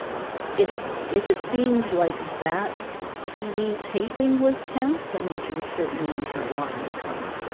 if if it seemed like that tv taping was tense, i mean, she was certainly in for a lot more trouble